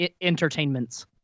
entertainments